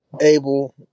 Abel